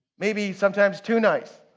maybe sometimes too nice.